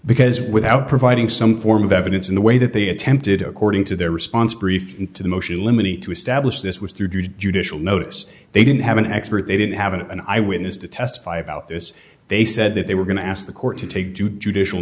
because without providing some form of evidence in the way that they attempted according to their response brief and to the motion eliminate to establish this was through judicial notice they didn't have an expert they didn't have an eye witness to testify about this they said that they going to ask the court to take due judicial